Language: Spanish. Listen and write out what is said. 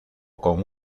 con